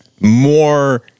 more